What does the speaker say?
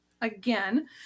again